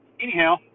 anyhow